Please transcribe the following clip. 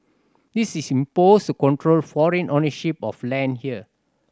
this is imposed to control foreign ownership of land here